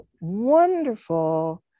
wonderful